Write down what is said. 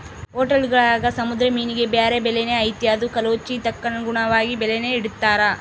ಹೊಟೇಲ್ಗುಳಾಗ ಸಮುದ್ರ ಮೀನಿಗೆ ಬ್ಯಾರೆ ಬೆಲೆನೇ ಐತೆ ಅದು ಕಾಲೋಚಿತಕ್ಕನುಗುಣವಾಗಿ ಬೆಲೇನ ಇಡ್ತಾರ